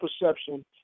perception